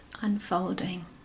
unfolding